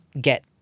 get